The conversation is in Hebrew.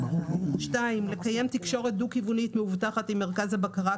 (2) לקיים תקשורת דו-כיוונית מאובטחת עם מרכז הבקרה,